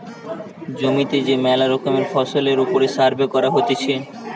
জমিতে যে মেলা রকমের ফসলের ওপর সার্ভে করা হতিছে